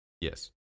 Yes